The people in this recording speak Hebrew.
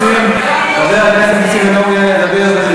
חבר הכנסת נסים אינו מעוניין לדבר.